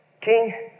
king